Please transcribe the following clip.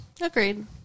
Agreed